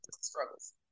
struggles